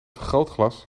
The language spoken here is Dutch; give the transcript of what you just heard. vergrootglas